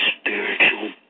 spiritual